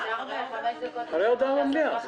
אחרי ההודעה למליאה.